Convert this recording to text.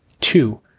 Two